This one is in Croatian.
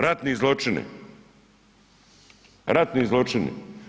Ratni zločini, ratni zločini.